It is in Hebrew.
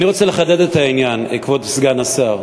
אני רוצה לחדד את העניין, כבוד סגן השר.